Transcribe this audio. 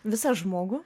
visą žmogų